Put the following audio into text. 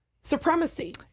supremacy